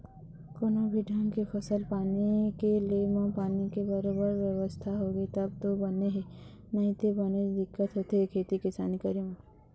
कोनो भी ढंग के फसल पानी के ले म पानी के बरोबर बेवस्था होगे तब तो बने हे नइते बनेच दिक्कत होथे खेती किसानी करे म